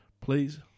please